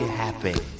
happy